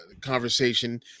conversation